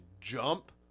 jump